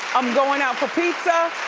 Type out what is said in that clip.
i'm going out for pizza,